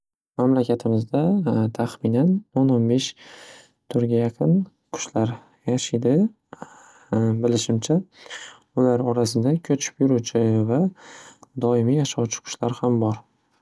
Mamlakatimizda tahminan o'n o'n besh turga yaqin qushlar yashidi. Bilishimcha ular orasida ko'chib yuruvchi va doimiy yashovchi qushlar ham bor.